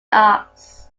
asks